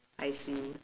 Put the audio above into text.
I see